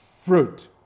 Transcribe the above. fruit